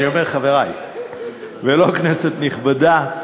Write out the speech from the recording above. אני אומר חברי ולא כנסת נכבדה,